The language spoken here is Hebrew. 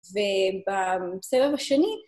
ובסבב השני...